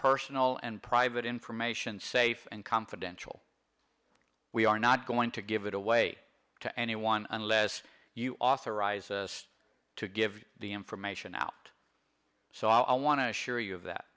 personal and private information safe and confidential we are not going to give it away to anyone unless you authorized to give the information out so i want to assure you of that